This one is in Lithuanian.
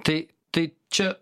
tai tai čia